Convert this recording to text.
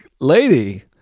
lady